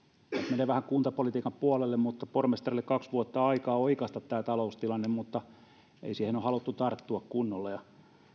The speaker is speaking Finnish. menee vähän kuntapolitiikan puolelle pormestarille kaksi vuotta aikaa oikaista tämä taloustilanne mutta ei siihen ole haluttu tarttua kunnolla ja